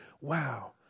wow